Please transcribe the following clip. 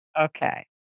Okay